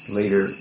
later